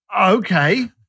okay